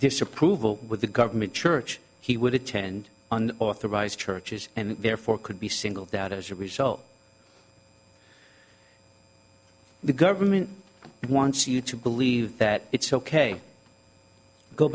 disapproval with the government church he would attend and authorized churches and therefore could be singled out as a result the government wants you to believe that it's ok